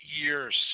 years